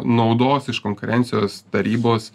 naudos iš konkurencijos tarybos